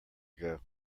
ago